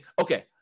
okay